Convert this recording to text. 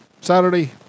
Saturday